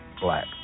black